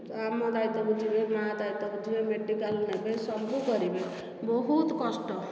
ଆମ ଦାୟିତ୍ବ ବୁଝିବେ ମାଆ ଦାୟିତ୍ବ ବୁଝିବେ ମେଡିକାଲ ନେବେ ସବୁକରିବେ ବହୁତ କଷ୍ଟ